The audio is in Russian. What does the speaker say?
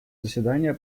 заседания